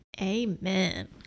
Amen